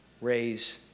raise